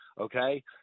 okay